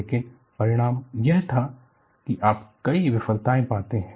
लेकिन परिणाम यह था कि आप कई विफलताएं पाते हैं